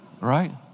right